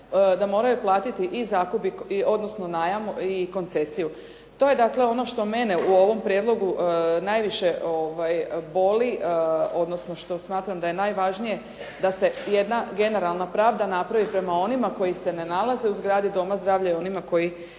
da moraju platiti i zakup, odnosno najam i koncesiju. To je dakle ono što mene u ovom prijedlogu najviše boli, odnosno što smatram da je najvažnije da se jedna generalna pravda napravi prema onima koji se ne nalaze u zgradi doma zdravlja i onima koji